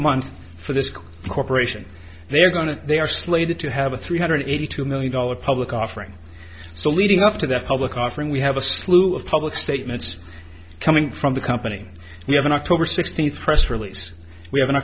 month for this corporation they are going to they are slated to have a three hundred eighty two million dollar public offering so leading up to that public offering we have a slew of public statements coming from the company we have an october sixteenth press release we have